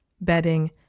bedding